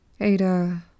Ada